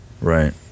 Right